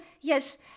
yes